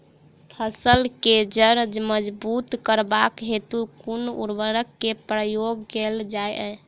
फसल केँ जड़ मजबूत करबाक हेतु कुन उर्वरक केँ प्रयोग कैल जाय?